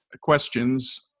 questions